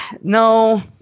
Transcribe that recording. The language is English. No